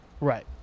Right